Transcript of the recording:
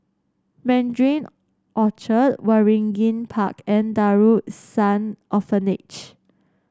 Mandarin Orchard Waringin Park and Darul Ihsan Orphanage